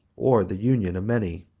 or the union of many.